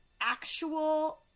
actual